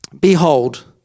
behold